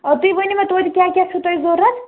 تُہۍ ؤنِو مےٚ تویتہِ کیٛاہ کیٛاہ چھُ تۄہہِ ضوٚرَتھ